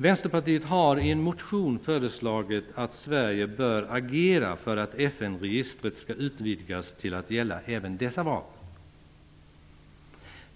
Vänsterpartiet har i en motion föreslagit att Sverige bör agera för att FN-registret skall utvidgas till att gälla även dessa vapen.